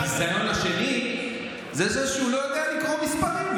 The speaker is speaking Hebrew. הביזיון השני הוא זה שהוא לא יודע לקרוא מספרים,